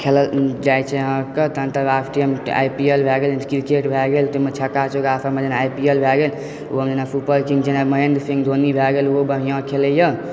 खेलल जाइत छै अहाँके तऽ अन्तर्राष्ट्रीयमे आई पी एल भए गेल क्रिकेट भए गेल छक्का चौका सबमे जेना आई पी एल भए गेल जेना महेन्द्र सिंह धोनी भए गेल ओहो बढ़िआँ खेलैए